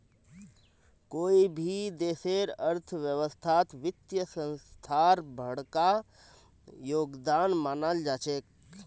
कोई भी देशेर अर्थव्यवस्थात वित्तीय संस्थार बडका योगदान मानाल जा छेक